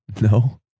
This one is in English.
No